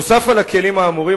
נוסף על הכלים האמורים,